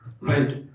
Right